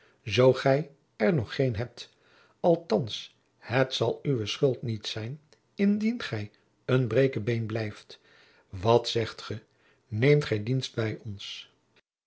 zoo gij er nog geen hebt althands het zal uwe schuld niet zijn indien gij een breekebeen blijft wat zegt ge neemt gij dienst bij ons